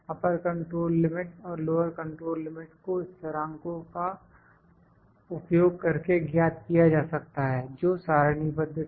अपर control limit और lower control limit को स्थिरांको का उपयोग करके ज्ञात किया जा सकता है जो सारणीबद्ध थे